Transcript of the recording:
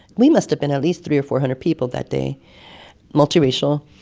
we must have been at least three or four hundred people that day multiracial.